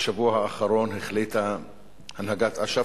בשבוע האחרון החליטה הנהגת אש"ף,